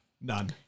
none